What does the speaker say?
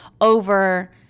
over